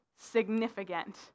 significant